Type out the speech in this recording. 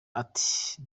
ati